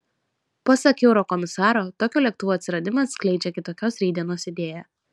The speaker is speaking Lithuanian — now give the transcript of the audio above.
pasak eurokomisaro tokio lėktuvo atsiradimas skleidžia kitokios rytdienos idėją